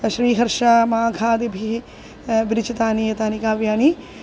श्रीहर्षः माघादिभिः विरचितानि एतानि काव्यानि